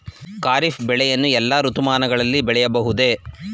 ಖಾರಿಫ್ ಬೆಳೆಯನ್ನು ಎಲ್ಲಾ ಋತುಮಾನಗಳಲ್ಲಿ ಬೆಳೆಯಬಹುದೇ?